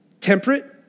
temperate